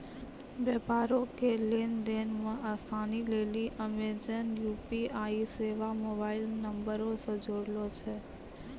व्यापारो के लेन देन मे असानी लेली अमेजन यू.पी.आई सेबा मोबाइल नंबरो से जोड़ै छै